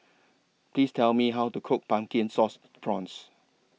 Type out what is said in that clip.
Please Tell Me How to Cook Pumpkin and Sauce Prawns